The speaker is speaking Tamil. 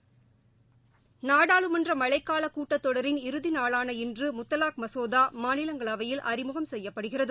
பிரதம் ் தி நாடாளுமன்றமழைக்காலகூட்டத்தொடரின் இறுதிநாளான இன்றுமுத்தலாக் மசோதாமாநிலங்களவையில் அறிமுகம் செய்யப்படுகிறது